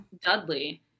Dudley